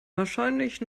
wahrscheinlich